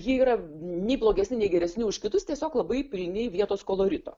jie yra nei blogesni nei geresni už kitus tiesiog labai pilni vietos kolorito